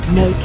no